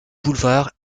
boulevard